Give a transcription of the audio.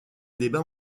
débats